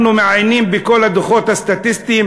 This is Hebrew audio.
אנחנו מעיינים בכל הדוחות הסטטיסטיים